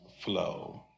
flow